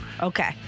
okay